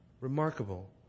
Remarkable